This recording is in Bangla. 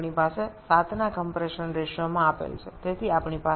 এখানে আমাদের ৭ সংকোচনের একটি অনুপাত দেওয়া আছে